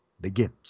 begins